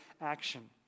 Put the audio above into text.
action